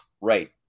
Right